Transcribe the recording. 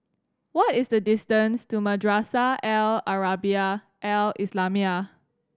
what is the distance to Madrasah Al Arabiah Al Islamiah